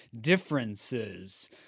differences